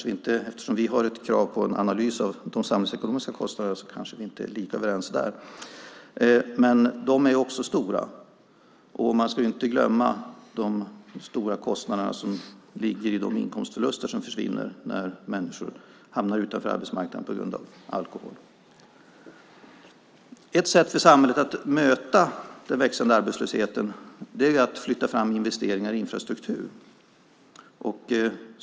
Eftersom vi har ett krav på en analys av de samhällsekonomiska kostnaderna kanske vi inte är lika överens där. Men de är också stora. Man ska inte glömma de stora kostnader som ligger i de inkomster som försvinner när människor hamnar utanför arbetsmarknaden på grund av alkohol. Ett sätt för samhället att möta den växande arbetslösheten är att flytta fram investeringar i infrastruktur.